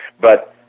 but